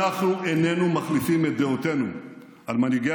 אנחנו איננו מחליפים את דעותינו על מנהיגי